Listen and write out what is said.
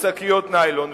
בשקיות ניילון.